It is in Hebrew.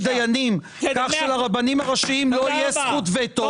דיינים כך שלרבנים- -- פרופ' ישי יפה.